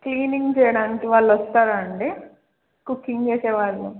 cleaning చేయడానికి వాళ్ళొస్తారాండి cooking చేేసేవాళ్ళు